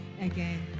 again